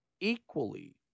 equally